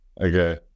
okay